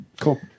Cool